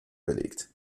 belegt